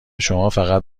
شمافقط